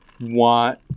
want